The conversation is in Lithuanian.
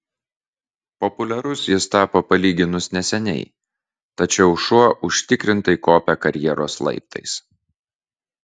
populiarus jis tapo palyginus neseniai tačiau šuo užtikrintai kopia karjeros laiptais